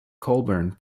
colburn